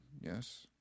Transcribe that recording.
Yes